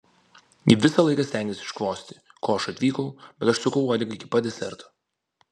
ji visą laiką stengėsi iškvosti ko aš atvykau bet aš sukau uodegą iki pat deserto